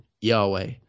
Yahweh